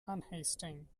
unhasting